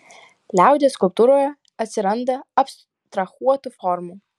liaudies skulptūroje atsiranda abstrahuotų formų